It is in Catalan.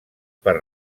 per